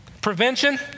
prevention